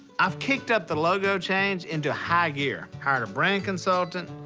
i've kicked up the logo change into high gear hired a brand consultant,